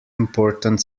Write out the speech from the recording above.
important